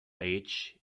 age